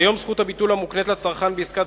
כיום זכות הביטול המוקנית לצרכן בעסקת